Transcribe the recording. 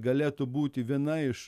galėtų būti viena iš